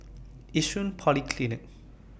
Yishun Polyclinic